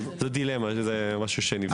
זאת דילמה וזה נבחן.